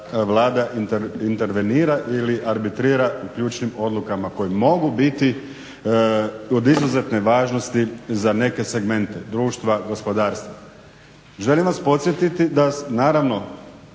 Vlada intervenira ili arbitrira u ključnim odlukama koje mogu biti od izuzetne važnosti za neke segmente društva, gospodarstva. Želim vas podsjetiti naravno